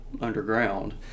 underground